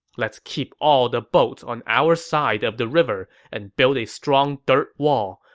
let's keep all the boats on our side of the river and build a strong dirt wall.